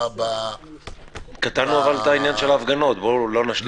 אבל קטענו את העניין של ההפגנות, לא נשלים אותו?